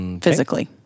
physically